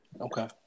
okay